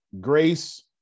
Grace